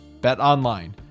BetOnline